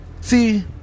see